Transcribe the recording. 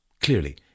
clearly